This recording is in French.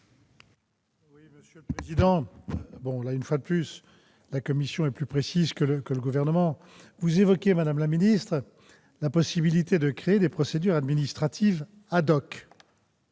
la commission spéciale ? Une fois de plus, la commission est plus précise que le Gouvernement. Vous évoquez, madame la ministre, la possibilité de créer des procédures administratives pour